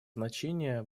значение